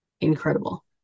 incredible